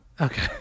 Okay